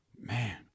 Man